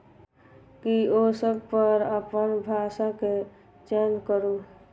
kiosk पर अपन भाषाक चयन करू